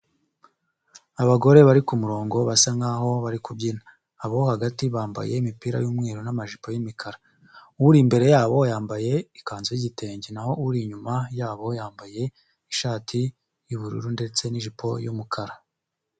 Abagore bari ku murongo basa nk'aho bari kubyina. Abo hagati bambaye imipira y'umweru n'amajipo y'imikara. Uri imbere yabo, yambaye ikanzu y'igitenge. Naho uri inyuma yabo, yambaye ishati y'ubururu ndetse n'ijipo y'umukara.